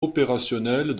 opérationnelles